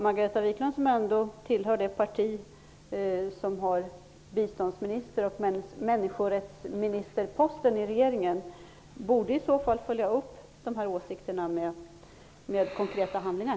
Margareta Viklund som ändå tillhör det parti som har bistånds och människorättsministerposten i regeringen borde följa upp de här åsikterna med konkreta handlingar.